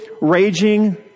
raging